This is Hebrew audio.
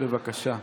בבקשה.